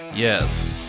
Yes